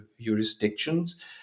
jurisdictions